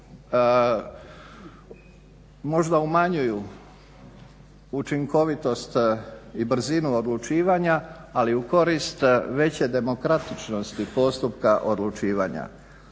možda umanjuju učinkovitost i brzinu odlučivanja, ali u korist veće demokratičnosti postupka odlučivanja.